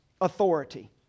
authority